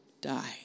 die